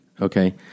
Okay